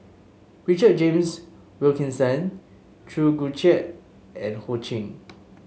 Richard James Wilkinson Chew Joo Chiat and Ho Ching